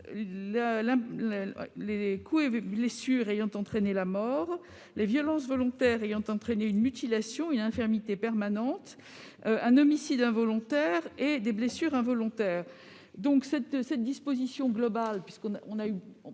les coups et blessures ayant entraîné la mort, les violences volontaires ayant entraîné une mutilation ou une infirmité permanente, l'homicide involontaire et les blessures involontaires. Les dispositions prévues à cet